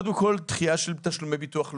דחייה של תשלומי ביטוח לאומי.